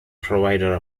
provider